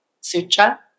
sutra